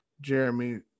Jeremy